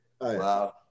Wow